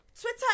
Twitter